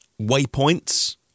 waypoints